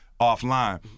offline